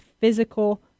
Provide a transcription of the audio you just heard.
physical